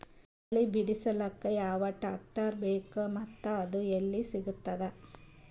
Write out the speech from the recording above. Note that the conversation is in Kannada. ಕಡಲಿ ಬಿಡಿಸಲಕ ಯಾವ ಟ್ರಾಕ್ಟರ್ ಬೇಕ ಮತ್ತ ಅದು ಯಲ್ಲಿ ಸಿಗತದ?